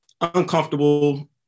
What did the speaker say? uncomfortable